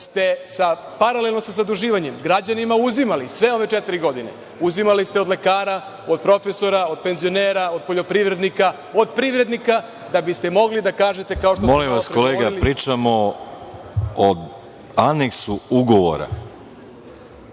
ste, paralelno sa zaduživanjem, građanima uzimali sve ove četiri godine, uzimali ste od lekara, od profesora, od penzionera, od poljoprivrednika, od privrednika, da biste mogli da kažete kao što ste malo pre govorili…